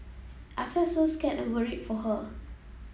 I felt so scared and worried for her